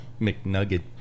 McNugget